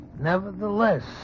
Nevertheless